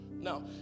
Now